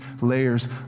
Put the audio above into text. layers